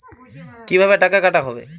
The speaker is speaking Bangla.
কিভাবে টাকা কাটা হবে?